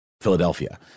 Philadelphia